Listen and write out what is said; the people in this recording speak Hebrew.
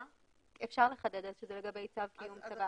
אפשר לחדד את זה לגבי צו קיום צוואה.